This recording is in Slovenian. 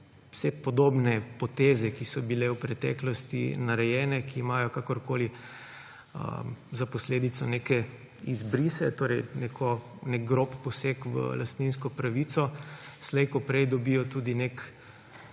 vse podobne poteze, ki so bile v preteklosti narejene, ki imajo kakorkoli za posledico neke izbrise, torej nek grob poseg v lastninsko pravico, slej ko prej dobijo tudi nek